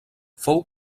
fou